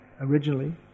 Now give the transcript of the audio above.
originally